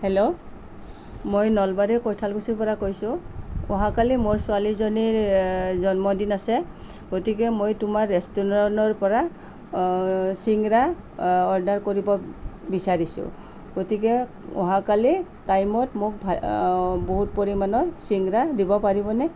hello মই নলবাৰী কৈঠালকুছীৰ পৰা কৈছোঁ অহাকালি মোৰ ছোৱালীজনীৰ জন্মদিন আছে গতিকে মই তোমাৰ ৰেষ্টুৰেণ্টৰ পৰা চিংৰা অৰ্ডাৰ কৰিব বিচাৰিছোঁ গতিকে অহাকালি টাইমত মোক ভা বহুত পৰিমাণৰ চিংৰা দিব পাৰিবনে